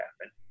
happen